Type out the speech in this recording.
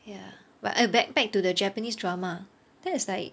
ya but eh back back to the japanese drama that's like